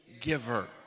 giver